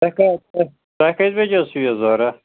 تۄہہِ کَتہِ پٮ۪ٹھ تۄہہِ کٔژِ بَجہِ حظ چھُ یہِ ضروٗرت